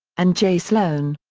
and j. sloane.